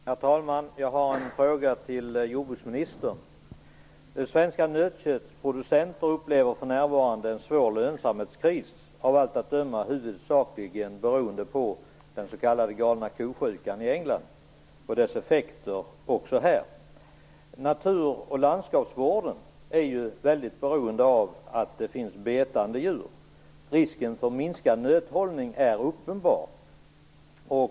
Herr talman! Jag har en fråga till jordbruksministern. Svenska nötköttsproducenter upplever för närvarande en svår lönsamhetskris, av allt att döma huvudsakligen beroende på den s.k. galna ko-sjukan i England och dess effekter också här i Sverige. Natur och landskapsvården är väldigt beroende av att det finns betande djur. Risken för minskad nötdjurshållning är uppenbar.